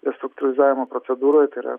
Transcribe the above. restruktūrizavimo procedūroj tai yra